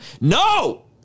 No